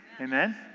Amen